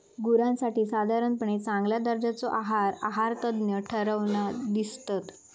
गुरांसाठी साधारणपणे चांगल्या दर्जाचो आहार आहारतज्ञ ठरवन दितत